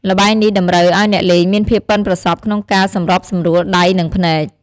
ល្បែងនេះតម្រូវឲ្យអ្នកលេងមានភាពប៉ិនប្រសប់ក្នុងការសម្របសម្រួលដៃ និងភ្នែក។